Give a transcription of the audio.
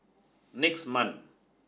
next month